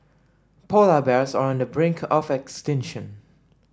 polar bears are on the brink of extinction